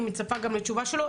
אני מצפה גם לתשובה שלו.